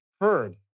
heard